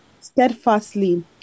Steadfastly